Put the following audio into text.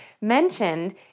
mentioned